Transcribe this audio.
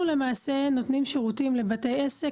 אנחנו למעשה נותנים שירותים לבתי עסק,